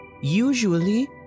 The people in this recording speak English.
Usually